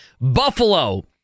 Buffalo